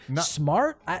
Smart